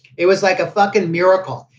it was like a fucking miracle.